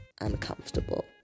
uncomfortable